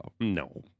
No